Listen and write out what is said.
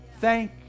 thank